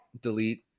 delete